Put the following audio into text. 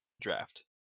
draft